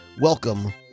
welcome